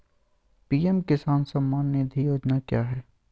PM किसान सम्मान निधि योजना क्या है?